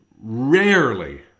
Rarely